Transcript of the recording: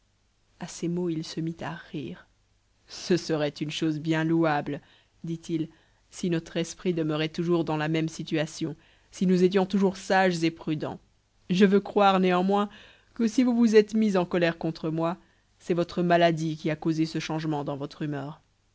à ces mots il se mit à rire ce serait une chose bien louable dit-il si notre esprit demeurait toujours dans la même situation si nous étions toujours sages et prudents je veux croire néanmoins que si vous vous êtes mis en colère contre moi c'est votre maladie qui a causé ce changement dans votre humeur